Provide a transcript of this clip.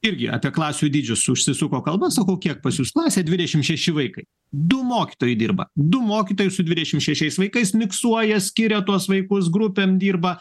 irgi apie klasių dydžius užsisuko kalba sakau kiek pas jus klasėj dvidešim šeši vaikai du mokytojai dirba du mokytojai su dvidešim šešiais vaikais miksuoja skiria tuos vaikus grupėm dirba